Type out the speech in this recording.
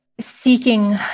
seeking